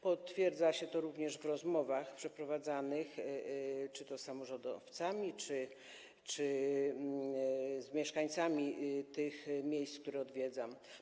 Potwierdza się to również w rozmowach przeprowadzanych czy to z samorządowcami, czy z mieszkańcami tych miejsc, które odwiedzam.